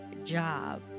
job